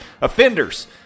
offenders